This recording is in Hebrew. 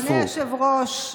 אדוני היושב-ראש,